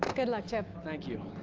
good luck, chip. thank you.